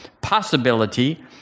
possibility